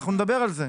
אנחנו נדבר על זה.